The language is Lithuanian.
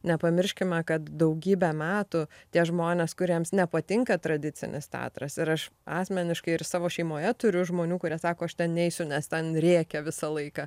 nepamirškime kad daugybę metų tie žmonės kuriems nepatinka tradicinis teatras ir aš asmeniškai ir savo šeimoje turiu žmonių kurie sako aš ten neisiu nes ten rėkia visą laiką